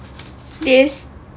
yes